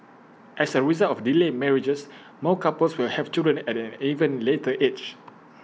as A result of delayed marriages more couples will have children at an even later age